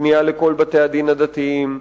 פנייה לכל בתי-הדין הדתיים.